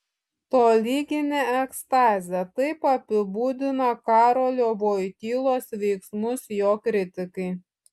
tolyginė ekstazė taip apibūdina karolio voitylos veiksmus jo kritikai